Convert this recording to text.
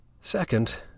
Second